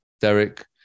Derek